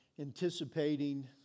anticipating